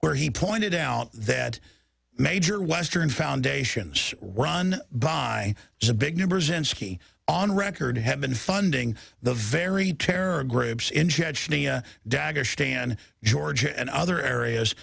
where he pointed out that major western foundations run by a big numbers in ski on record have been funding the very terror groups in chechnya dagestan georgia and other areas